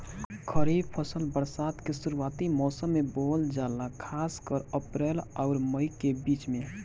खरीफ फसल बरसात के शुरूआती मौसम में बोवल जाला खासकर अप्रैल आउर मई के बीच में